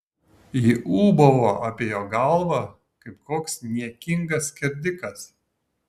ji ūbavo apie jo galvą kaip koks niekingas skerdikas